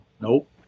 Nope